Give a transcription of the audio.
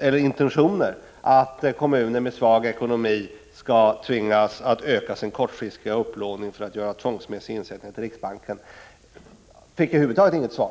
intentioner att kommuner med svag ekonomi skall tvingas öka sin kortfristiga upplåning för att göra tvångsmässiga insättningar i riksbanken — fick jag över huvud taget inget svar.